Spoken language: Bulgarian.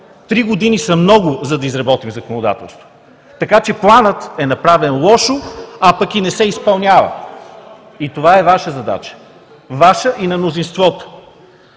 Три години са много, за да изработим законодателство. (Шум и реплики.) Планът е направен лошо, а пък и не се изпълнява. И това е Ваша задача! Ваша и на мнозинството!